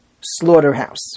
slaughterhouse